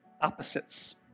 opposites